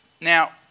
Now